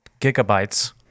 gigabytes